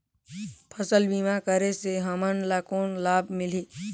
फसल बीमा करे से हमन ला कौन लाभ मिलही?